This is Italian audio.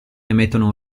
emettono